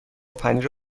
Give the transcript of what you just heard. پنیر